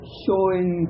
showing